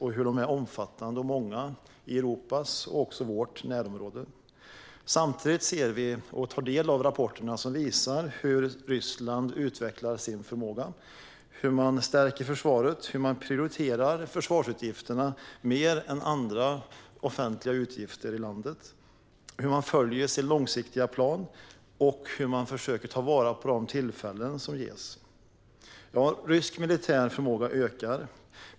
De är omfattande och många i Europas och också i vårt närområde. Samtidigt tar vi del av rapporter som visar hur Ryssland utvecklar sin förmåga, stärker försvaret och prioriterar försvarsutgifterna mer än andra offentliga utgifter i landet. Ryssland följer sin långsiktiga plan och försöker ta vara på de tillfällen som ges. Rysk militär förmåga ökar.